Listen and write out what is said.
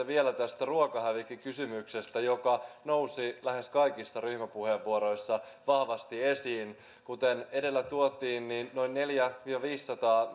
vielä tästä ruokahävikkikysymyksestä joka nousi lähes kaikissa ryhmäpuheenvuoroissa vahvasti esiin kuten edellä tuotiin esille noin neljäsataa viiva viisisataa